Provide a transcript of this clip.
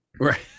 Right